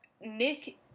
Nick